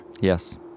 Yes